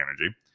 energy